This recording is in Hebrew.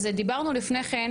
אז דיברנו לפני כן,